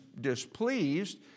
displeased